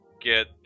get